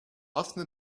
often